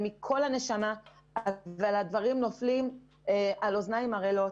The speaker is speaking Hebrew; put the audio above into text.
אבל הדברים נופלים על אוזניים ערלות.